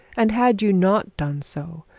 and had you not done so,